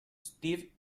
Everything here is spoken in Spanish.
steve